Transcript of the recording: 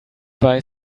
buy